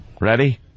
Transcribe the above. Ready